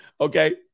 Okay